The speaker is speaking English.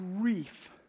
Grief